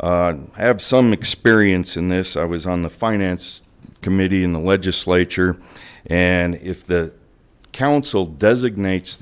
i have some experience in this i was on the finance committee in the legislature and if the council designates